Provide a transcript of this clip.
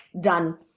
done